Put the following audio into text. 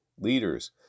leaders